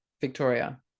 Victoria